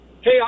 Hey